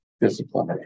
discipline